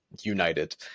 United